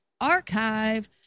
archive